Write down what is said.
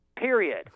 period